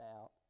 out